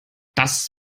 das